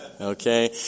Okay